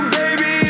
baby